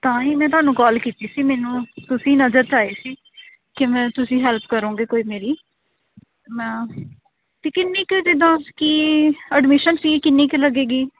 ਤਾਂ ਹੀ ਮੈਂ ਤੁਹਾਨੂੰ ਕਾਲ ਕੀਤੀ ਸੀ ਮੈਨੂੰ ਤੁਸੀਂ ਨਜ਼ਰ 'ਚ ਆਏ ਸੀ ਕਿ ਮੈਂ ਤੁਸੀਂ ਹੈਲਪ ਕਰੋਂਗੇ ਕੋਈ ਮੇਰੀ ਮੈਂ ਅਤੇ ਕਿੰਨੀ ਕੁ ਜਿੱਦਾਂ ਕਿ ਐਡਮਿਸ਼ਨ ਫੀ ਕਿੰਨੀ ਕੁ ਲੱਗੇਗੀ